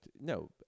no